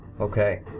Okay